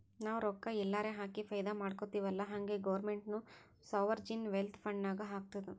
ನಾವು ರೊಕ್ಕಾ ಎಲ್ಲಾರೆ ಹಾಕಿ ಫೈದಾ ಮಾಡ್ಕೊತಿವ್ ಅಲ್ಲಾ ಹಂಗೆ ಗೌರ್ಮೆಂಟ್ನು ಸೋವರ್ಜಿನ್ ವೆಲ್ತ್ ಫಂಡ್ ನಾಗ್ ಹಾಕ್ತುದ್